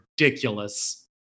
ridiculous